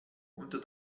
unter